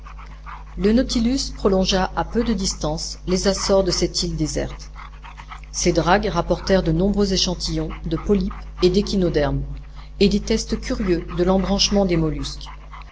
le nautilus prolongea à peu de distance les accores de cette île déserte ses dragues rapportèrent de nombreux échantillons de polypes et d'échinodermes et des tests curieux de l'embranchement des mollusques